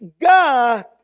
God